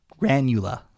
granula